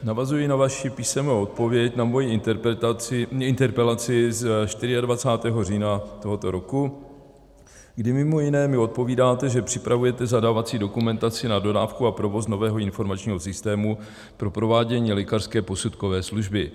Navazuji na vaši písemnou odpověď na moji interpelaci z 24. října tohoto roku, kdy mimo jiné mi odpovídáte, že připravujete zadávací dokumentaci na dodávku a provoz nového informačního systému pro provádění lékařské posudkové služby.